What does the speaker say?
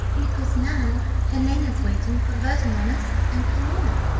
because now helena's waiting for vertumnus and pomona.